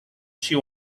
she